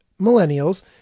millennials